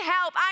help